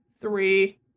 three